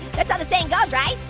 that's how the saying goes, right?